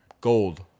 gold